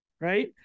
Right